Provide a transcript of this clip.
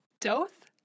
Doth